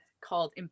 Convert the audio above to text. called